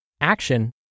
Action